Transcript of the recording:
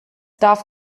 darf